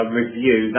review